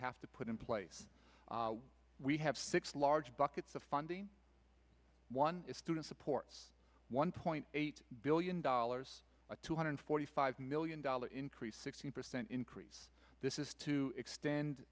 have to put in place we have six large buckets of funding one student support one point eight billion dollars two hundred forty five million dollars increase sixteen percent increase this is to extend